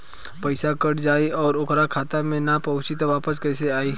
पईसा कट जाई और ओकर खाता मे ना पहुंची त वापस कैसे आई?